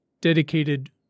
dedicated